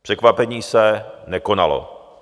Překvapení se nekonalo.